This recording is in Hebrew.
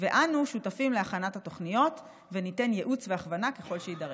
ואנו שותפים להכנת התוכניות וניתן ייעוץ והכוונה ככל שיידרש.